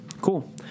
cool